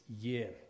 year